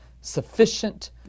sufficient